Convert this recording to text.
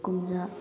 ꯀꯨꯝꯖꯥ